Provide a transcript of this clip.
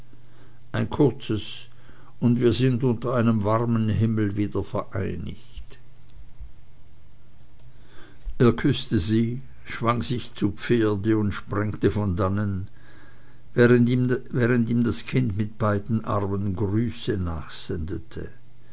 ein kurzes und wir sind unter einem warmen himmel wiedervereinigt er küßte sie schwang sich zu pferde und sprengte von dannen wahrend ihm das kind mit beiden armen grüße